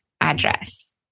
address